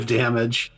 damage